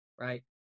right